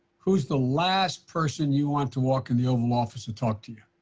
who's the last person you want to walk in the oval office to talk to you?